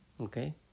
Okay